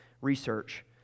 research